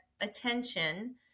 attention